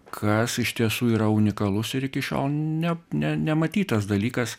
kas iš tiesų yra unikalus ir iki šiol ne ne nematytas dalykas